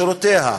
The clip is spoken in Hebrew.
משורותיה.